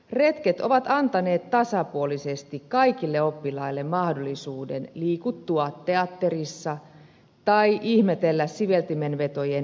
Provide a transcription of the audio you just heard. retket ovat antaneet tasapuolisesti kaikille oppilaille mahdollisuuden liikuttua teatterissa tai ihmetellä siveltimenvetojen ilmaisuvoimaa